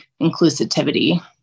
inclusivity